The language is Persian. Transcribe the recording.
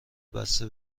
بسته